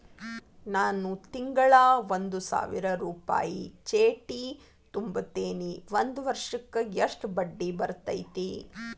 ನಾನು ತಿಂಗಳಾ ಒಂದು ಸಾವಿರ ರೂಪಾಯಿ ಚೇಟಿ ತುಂಬತೇನಿ ಒಂದ್ ವರ್ಷಕ್ ಎಷ್ಟ ಬಡ್ಡಿ ಬರತೈತಿ?